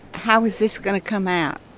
how is this going to come out?